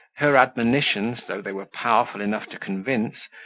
her admonitions, though they were powerful enough to convince,